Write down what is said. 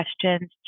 questions